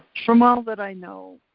from all that i know,